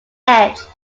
edged